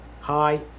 Hi